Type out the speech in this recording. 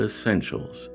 essentials